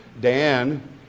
Dan